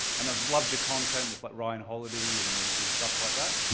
and i've loved your content with like ryan holiday and and stuff like that.